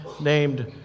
named